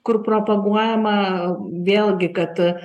kur propaguojama vėlgi kad